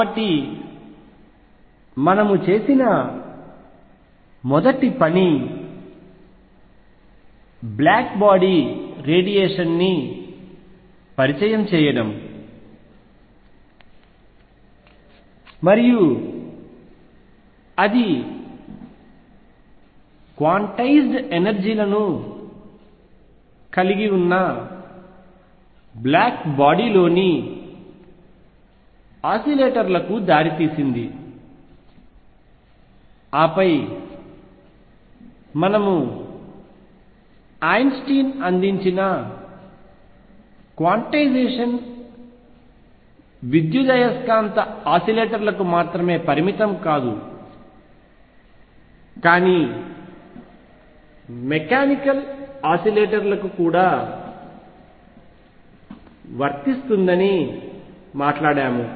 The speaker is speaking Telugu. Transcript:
కాబట్టి మనము చేసిన మొదటి పని బ్లాక్ బాడీ రేడియేషన్ని పరిచయం చేయడం మరియు అది క్వాంటైజ్డ్ ఎనర్జీలను కలిగి ఉన్న బ్లాక్ బాడీ లోని ఆశిలేటర్ లకు దారితీసింది ఆపై మనము ఐన్స్టీన్ అందించిన క్వాంటైజేషన్ విద్యుదయస్కాంత ఆశిలేటర్ లకు మాత్రమే పరిమితం కాదు కానీ మెకానికల్ ఆశిలేటర్ లకు కూడా వర్తిస్తుందని మాట్లాడాము